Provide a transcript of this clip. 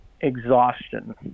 exhaustion